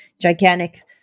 gigantic